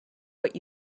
what